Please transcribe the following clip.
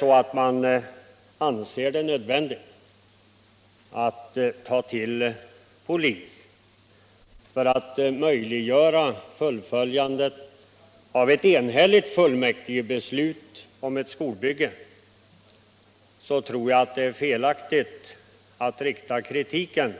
Om man anser det nödvändigt att anlita polis för att möjliggöra fullföljandet av ett enhetligt fullmäktigebeslut om ett skolbygge, tror jag det är felaktigt att rikta kritiken